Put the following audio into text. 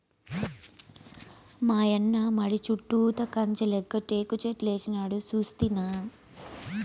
మాయన్న మడి చుట్టూతా కంచెలెక్క టేకుచెట్లేసినాడు సూస్తినా